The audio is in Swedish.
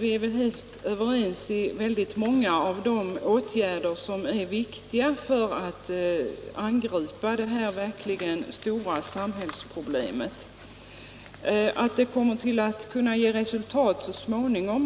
Vi är helt överens om många av de åtgärder som kan betraktas som mycket viktiga när det gäller att angripa detta verkligt stora samhällsproblem.